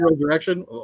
direction